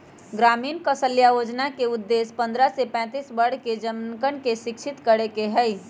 ग्रामीण कौशल्या योजना के उद्देश्य पन्द्रह से पैंतीस वर्ष के जमनकन के शिक्षित करे के हई